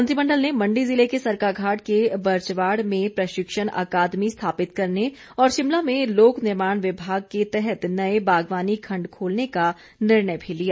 मंत्रिमण्डल ने मण्डी जिले के सरकाघाट के बर्चवाड़ में प्रशिक्षण अकादमी स्थापित करने और शिमला में लोकनिर्माण विभाग के तहत नए बागवानी खंड खोलने का निर्णय भी लिया